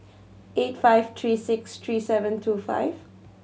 eight five three six three seven two five